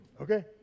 okay